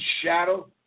shadow